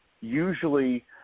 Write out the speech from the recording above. Usually